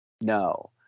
No